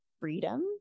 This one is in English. freedom